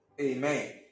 Amen